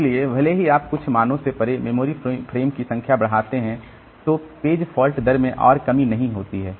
इसलिए भले ही आप कुछ मानों से परे मेमोरी फ्रेम की संख्या बढ़ाते हैं तो पेज फॉल्ट दर में और कमी नहीं होती है